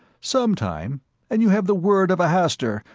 sometime and you have the word of a hastur,